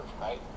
right